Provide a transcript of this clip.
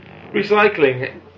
recycling